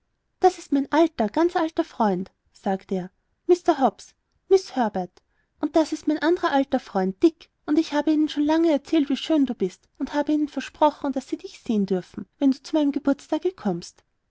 das ist mein alter ganz alter freund sagte er mr hobbs miß herbert und das ist mein andrer alter freund dick und ich habe ihnen schon lange erzählt wie schön du bist und habe ihnen versprochen daß sie dich sehen dürften wenn du zu meinem geburtstage kommst